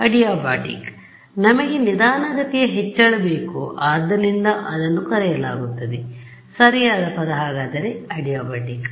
adiabatic ನಮಗೆ ನಿಧಾನಗತಿಯ ಹೆಚ್ಚಳ ಬೇಕು ಆದ್ದರಿಂದ ಅದನ್ನು ಕರೆಯಲಾಗುತ್ತದೆ ಸರಿಯಾದ ಪದ ಅಡಿಯಾಬಾಟಿಕ್